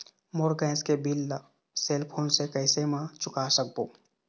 मोर gas के bill ला cell phone से कैसे म चुका सकबो?